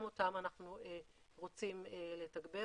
גם אותן אנחנו רוצים לתגבר,